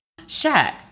Shaq